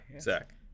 Zach